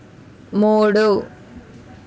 మూడు